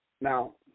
Now